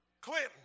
Clinton